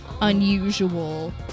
unusual